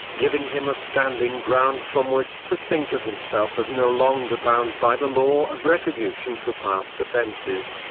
giving him a standing ground from which to think of himself as no longer bound by the law of retribution for past offences,